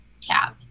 tab